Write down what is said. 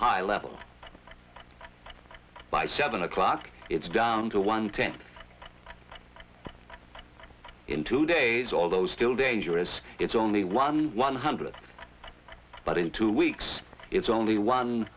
high level by seven o'clock it's down to one tenth in two days although still dangerous it's only one one hundred but in two weeks it's only one